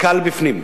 קל בפנים".